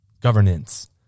governance